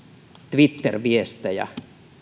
twitter viestejä